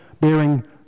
bearing